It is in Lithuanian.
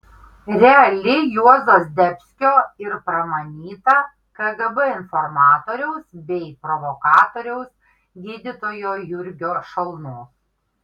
reali juozo zdebskio ir pramanyta kgb informatoriaus bei provokatoriaus gydytojo jurgio šalnos